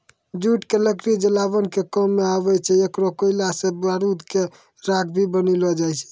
jute के लकड़ी जलावन के काम मॅ आवै छै, एकरो कोयला सॅ बारूद के राख भी बनैलो जाय छै